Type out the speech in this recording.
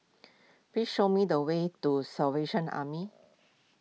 please show me the way to Salvation Army